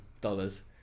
dollars